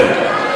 זהו.